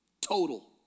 Total